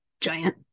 giant